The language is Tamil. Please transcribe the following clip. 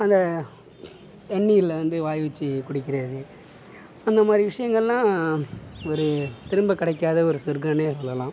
அந்த தண்ணியில வந்து வாய்வச்சு குடிக்கிறது அந்தமாதிரி விஷயங்கள்லான் ஒரு திரும்ப கிடைக்காத ஒரு சொர்க்கன்னே சொல்லலாம்